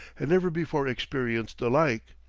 had never before experienced the like.